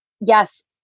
yes